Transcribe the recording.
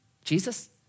Jesus